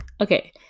okay